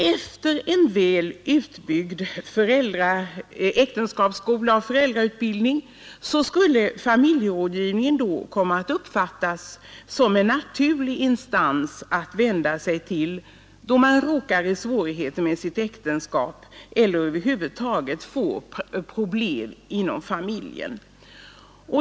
Efter en väl utbyggd äktenskapsskola och föräldrautbildning skulle familjerådgivningen komma att uppfattas som en naturlig instans att vända sig till, då man råkar i svårigheter med sitt äktenskap eller över huvud taget får problem inom familjen.